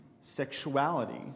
sexuality